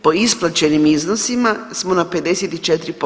Po isplaćenim iznosima smo na 54%